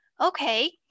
okay